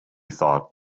thought